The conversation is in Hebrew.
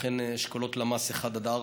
לכן אשכולות למ"ס 1 4,